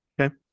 Okay